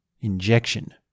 injection